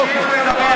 יישארו עד הבוקר.